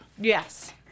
Yes